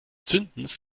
zündens